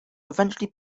eventually